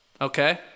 Okay